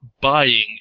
buying